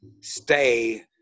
stay